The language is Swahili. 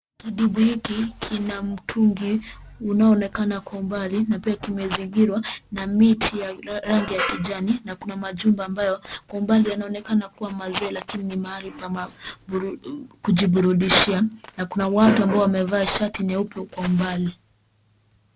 Kidimbwi hiki kina mtungi unaonekana kwa umbali na pia kimezingirwa na miti ya rangi ya kijani na kuna majumba ambayo kwa umbali yanaonekana kuwa mazee lakini ni mahali pa kujiburudishia na kuna watu ambao wamevaa shati nyeupe kwa umbali.